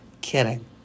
Kidding